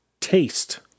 taste